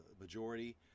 majority